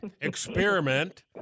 Experiment